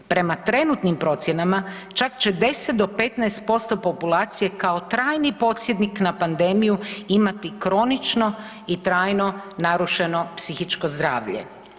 Prema trenutnim procjenama, čak će 10-15% populacije kao trajni podsjetnik na pandemiju imati kronično i trajno narušeno psihičko zdravlje.